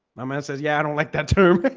no, man says, yeah, i don't like that term